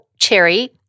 Cherry